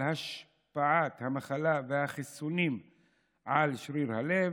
השפעת המחלה והחיסונים על שריר הלב.